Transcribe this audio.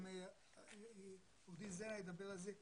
גם עורך דין זנה ידבר על זה,